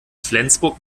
flensburg